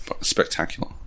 spectacular